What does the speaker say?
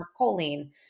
choline